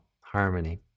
harmony